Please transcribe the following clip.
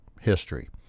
history